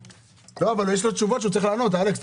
אבל יש שאלות שהוא צריך לענות עליהן.